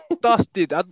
Dusted